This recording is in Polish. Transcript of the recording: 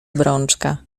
obrączka